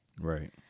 Right